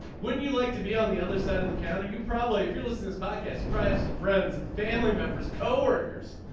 wouldn't you like to be on the other side of the counter. you probably feel a since podcast surprised some friends family members co-workers.